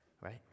Right